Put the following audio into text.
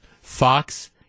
Fox